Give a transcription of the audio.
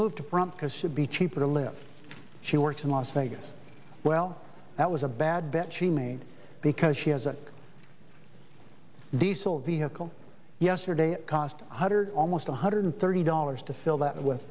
moved to front because should be cheaper to live she works in las vegas well that was a bad bet she made because she has a diesel vehicle yesterday it cost one hundred almost one hundred thirty dollars to fill that with